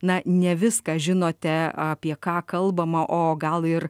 na ne viską žinote apie ką kalbama o gal ir